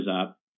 up